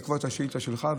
בעקבות השאילתה שלך,